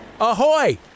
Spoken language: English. ahoy